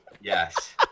Yes